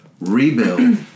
rebuild